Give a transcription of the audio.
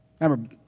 Remember